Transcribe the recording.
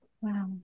Wow